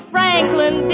Franklin